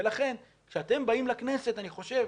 ולכן כשאתם באים לכנסת אני חושב,